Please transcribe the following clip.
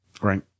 Right